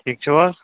ٹھیٖک چھِو حظ